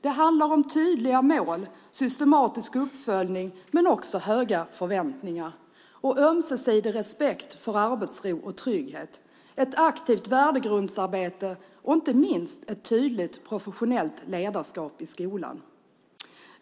Det handlar om tydliga mål, systematisk uppföljning och höga förväntningar, ömsesidig respekt för arbetsro och trygghet, ett aktivt värdegrundsarbete och inte minst ett tydligt professionellt ledarskap i skolan.